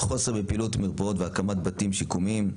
חוסר בפעילות מרפאות והקמת בתים שיקומיים,